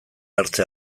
hartze